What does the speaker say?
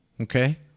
Okay